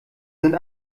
sind